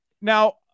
Now